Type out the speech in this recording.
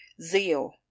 zeal